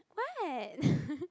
what